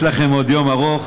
יש לכם עוד יום ארוך.